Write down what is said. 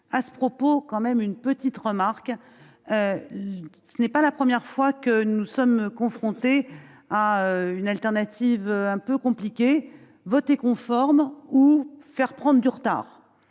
À ce propos, je souhaite formuler une observation. Ce n'est pas la première fois que nous sommes confrontés à une alternative un peu compliquée : voter conforme ou faire prendre du retard.